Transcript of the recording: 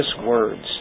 words